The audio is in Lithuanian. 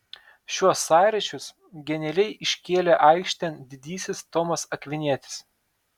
šiuos sąryšius genialiai iškėlė aikštėn didysis tomas akvinietis